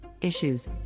issues